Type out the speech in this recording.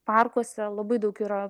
parkuose labai daug yra